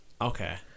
Okay